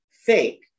fake